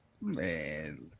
man